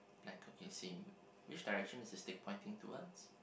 black it's same which direction is the stick pointing towards